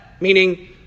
meaning